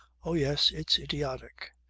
oh yes it's idiotic.